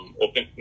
open